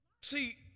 See